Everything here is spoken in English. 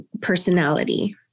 personality